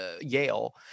Yale